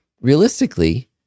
realistically